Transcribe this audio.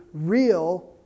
real